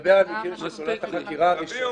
אתה מדבר על מקרים שפעולת החקירה הראשונה